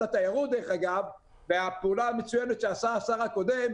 התיירות והפעולה המצוינת שעשה השר הקודם,